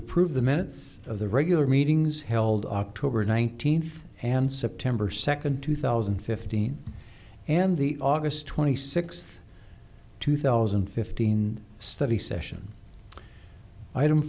approve the minutes of the regular meetings held oct nineteenth and september second two thousand and fifteen and the august twenty sixth two thousand and fifteen study session item